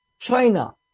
china